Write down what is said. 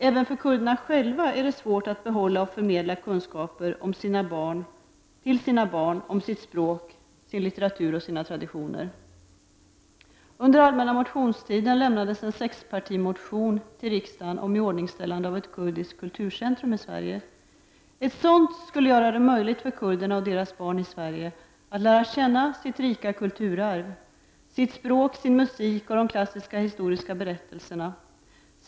Även för kurderna själva är det svårt att behålla och förmedla kunskaper till sina barn om sitt språk, sin litteratur och sina traditioner. Under allmänna motionstiden lämnades en sexpartimotion till riksdagen om iordningställande av ett kurdiskt kulturcentrum i Sverige. Ett sådant skulle göra det möjligt för kurderna och deras barn i Sverige att lära känna sitt rika kulturarv, sitt språk, sin musik och de klassiska historiska berättelserna.